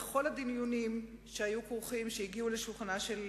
בדיונים בכל הנושאים שהגיעו לשולחנה.